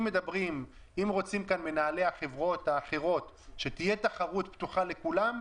אם רוצים כאן מנהלי החברות האחרות שתהיה תחרות פתוחה לכולם,